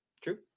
True